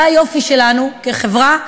זה היופי שלנו כחברה.